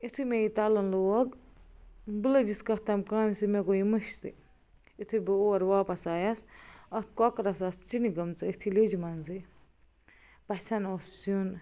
یُتھٕے مےٚ یہِ تَلُن لوگ بہٕ لٔجِس کَتھ تام کامہِ سۭتۍ مےٚ گوٚو یہِ مٔشتھٕے یُتھٕے بہٕ اورٕ واپس آیس اَتھ کۄکرس آسہٕ ژِنہِ گمژٕ أتھٕے لیٚجہِ منٛزٕے پَژھیٚن اوس یُن